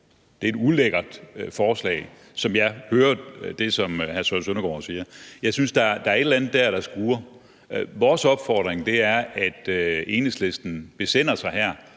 Det er et ulækkert forslag, er det, som jeg hører hr. Søren Søndergaard sige. Jeg synes, der er et eller andet der, der skurrer. Vores opfordring er, at Enhedslisten besinder sig her,